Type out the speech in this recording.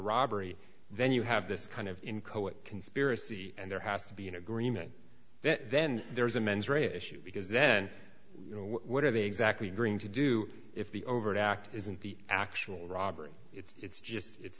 robbery then you have this kind of in cohen conspiracy and there has to be an agreement that then there's a mens rea issue because then you know what are they exactly going to do if the overt act isn't the actual robbery it's just it's